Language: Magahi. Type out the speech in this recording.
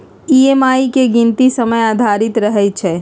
ई.एम.आई के गीनती समय आधारित रहै छइ